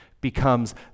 becomes